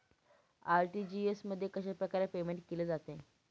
RTGS मध्ये कशाप्रकारे payment केले जाते?